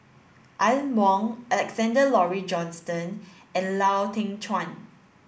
Aline Wong Alexander Laurie Johnston and Lau Teng Chuan